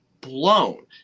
blown